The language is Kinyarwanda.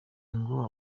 ngo